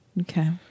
Okay